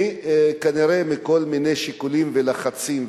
כנראה מכל מיני שיקולים ולחצים.